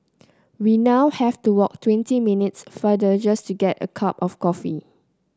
we now have to walk twenty minutes farther just to get a cup of coffee